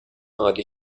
عادی